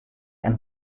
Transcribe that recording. and